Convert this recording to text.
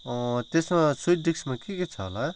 त्यसमा स्विट डिसमा के के छ होला